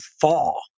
fall